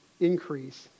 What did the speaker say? increase